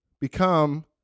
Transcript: become